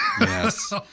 Yes